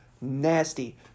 nasty